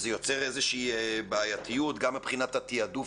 זה יוצר איזושהי בעייתיות גם מבחינת התעדוף